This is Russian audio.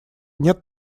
нет